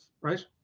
right